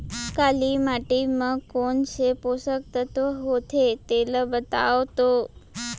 काली माटी म कोन से पोसक तत्व होथे तेला बताओ तो?